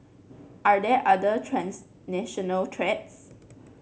are there other transnational threats